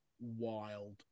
wild